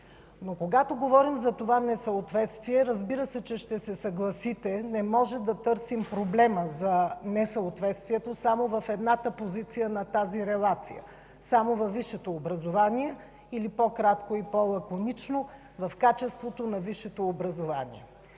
Когато говорим обаче за това несъответствие, ще се съгласите, че не можем да търсим проблема за несъответствието само в едната позиция на тази релация – само във висшето образование или по-кратко и по-лаконично – в качеството на висшето образование.